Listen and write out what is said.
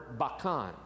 bakan